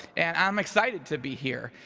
and i'm excited to be here,